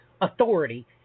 authority